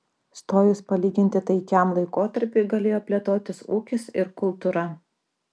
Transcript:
stojus palyginti taikiam laikotarpiui galėjo plėtotis ūkis ir kultūra